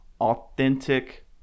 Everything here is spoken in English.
authentic